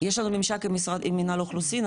יש לנו ממשק עם מנהל האוכלוסין,